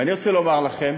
אני רוצה לומר לכם